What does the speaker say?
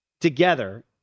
together